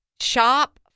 shop